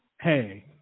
Hey